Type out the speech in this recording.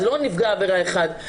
זה לא נפגע עבירה אחד.